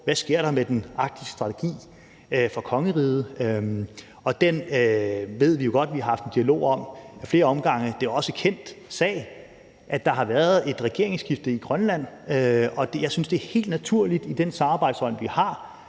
hvad der sker med den arktiske strategi for kongeriget. Der ved vi jo godt – vi har haft en dialog om det ad flere omgange, det er også en kendt sag – at der har været et regeringsskifte i Grønland, og jeg synes, det er helt naturligt, at vi i den samarbejdsånd, vi har,